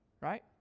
right